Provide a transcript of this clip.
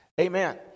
Amen